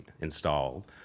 installed